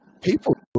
people